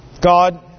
God